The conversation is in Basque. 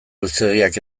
luzeegiak